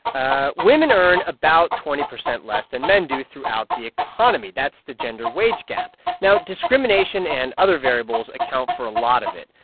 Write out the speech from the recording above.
ah women earn about twenty percent less than men do throughout the economy. that's the gender wage gap. now, discrimination and other variables account for a lot of it.